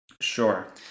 Sure